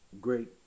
great